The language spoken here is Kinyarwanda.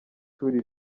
shuri